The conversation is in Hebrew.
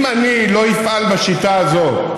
אם אני לא אפעל בשיטה הזו,